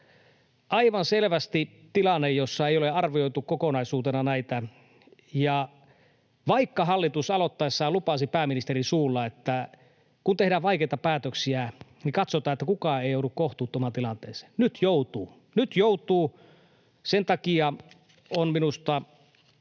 aivan selvästi tilanne, jossa ei ole arvioitu kokonaisuutena näitä, ja vaikka hallitus aloittaessaan lupasi pääministerin suulla, että kun tehdään vaikeita päätöksiä, niin katsotaan, että kukaan ei joudu kohtuuttomaan tilanteeseen, niin nyt joutuu. Nyt joutuu. Sen takia on minusta